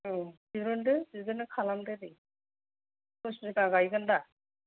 औ बिहरदो बिदिनो खालामदो दे दस बिगा गायगोन दा